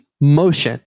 motion